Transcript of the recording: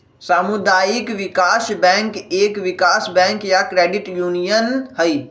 सामुदायिक विकास बैंक एक विकास बैंक या क्रेडिट यूनियन हई